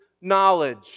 knowledge